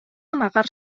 amagar